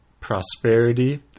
prosperity